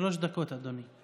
שלוש דקות, אדוני.